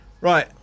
Right